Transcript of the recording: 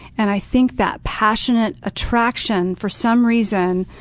and i think that passionate attraction, for some reason,